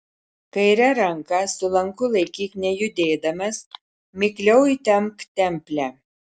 kairę ranką su lanku laikyk nejudėdamas mikliau įtempk templę